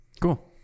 cool